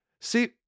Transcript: See